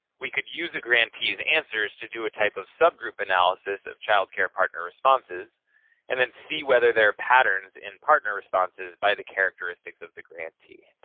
we could use a grantee's answers to do a type of subgroup analysis of child care partner responses and then see whether there are patterns in partner responses by the characteristics of the grantee.